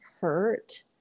hurt